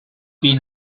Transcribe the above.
been